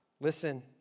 Listen